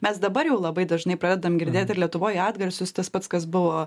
mes dabar jau labai dažnai pradedam girdėt ir lietuvoj atgarsius tas pats kas buvo